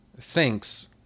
thinks